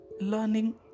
learning